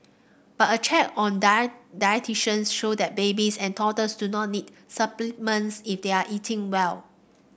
but a check on dietitians shows that babies and toddlers do not need supplements if they are eating well